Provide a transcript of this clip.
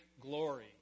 glory